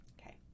Okay